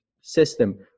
system